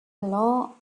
law